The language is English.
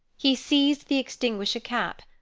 he seized the extinguisher-cap,